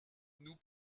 nous